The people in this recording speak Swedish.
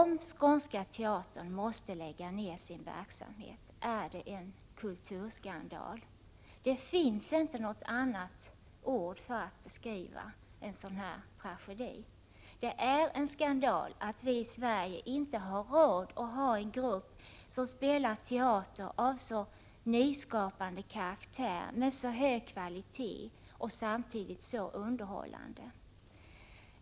Om Skånska teatern måste lägga ner sin verksamhet är det en kulturskandal. Det finns inte något annat ord för att beskriva en sådan tragedi. Det är en skandal att vi i Sverige inte har råd att ha en grupp som spelar teater av en så nyskapande karaktär och med så hög kvalitet, samtidigt som den är så underhållande.